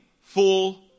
full